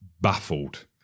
baffled